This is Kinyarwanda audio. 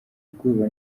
ubwoba